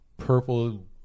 Purple